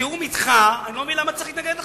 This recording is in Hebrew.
בתיאום אתך, אני לא מבין למה צריך להתנגד לחוק.